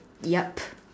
yup